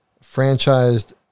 franchised